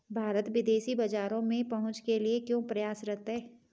भारत विदेशी बाजारों में पहुंच के लिए क्यों प्रयासरत है?